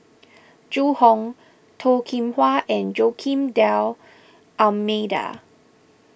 Zhu Hong Toh Kim Hwa and Joaquim D'Almeida